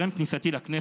טרם כניסתי לכנסת,